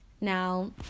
Now